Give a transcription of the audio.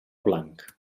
blanc